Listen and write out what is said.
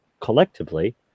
collectively